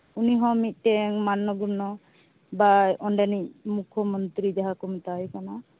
ᱩᱱᱤ ᱦᱚᱸ ᱢᱤᱫᱴᱮᱱ ᱢᱟᱱᱱᱚ ᱜᱩᱱᱱᱚ ᱵᱟ ᱚᱸᱰᱮᱱᱤᱡ ᱢᱩᱠᱠᱷᱚ ᱢᱚᱱᱛᱨᱤ ᱡᱟᱦᱟᱸᱭ ᱠᱚ ᱢᱮᱛᱟᱭ ᱠᱟᱱ